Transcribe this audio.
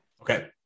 Okay